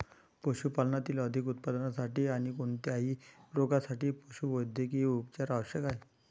पशुपालनातील अधिक उत्पादनासाठी आणी कोणत्याही रोगांसाठी पशुवैद्यकीय उपचार आवश्यक आहेत